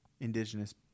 indigenous